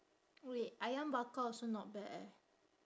wait ayam bakar also not bad eh